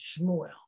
Shmuel